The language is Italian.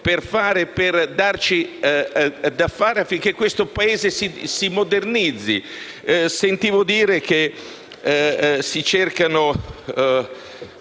le riforme affinché questo Paese si modernizzi. Sentivo dire che si cerca